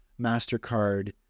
MasterCard